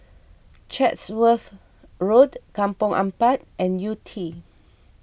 Chatsworth Road Kampong Ampat and Yew Tee